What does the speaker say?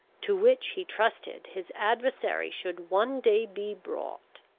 to which he trusted his adversary should one day be brought.